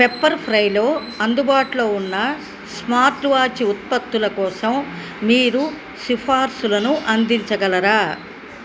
pepper ఫ్రైలో అందుబాటులో ఉన్న స్మార్ట్ వాచ్ ఉత్పత్తుల కోసం మీరు సిఫార్సులను అందించగలరా